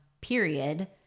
period